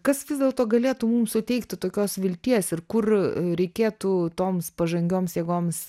kas vis dėlto galėtų mum suteikti tokios vilties ir kur reikėtų toms pažangioms jėgoms